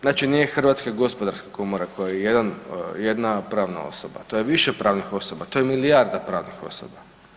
Znači nije Hrvatska gospodarska komora koja je jedna pravna osoba, to je više pravnih osoba, to je milijarda pravnih osoba.